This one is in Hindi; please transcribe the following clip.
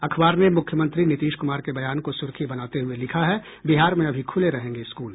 अखबार ने मुख्यमंत्री नीतीश कुमार के बयान को सुर्खी बनाते हुये लिखा है बिहार में अभी खुले रहेंगे स्कूल